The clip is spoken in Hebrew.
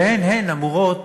שהן הן אמורות